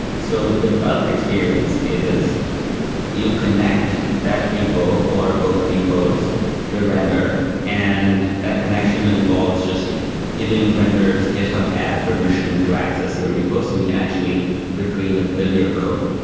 so the developer experience is you connect that repo, or both repos repos to render and that connection involves just giving render s github app permission to access your repos, so we can actually retrieve and build your code.